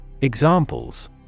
Examples